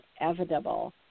inevitable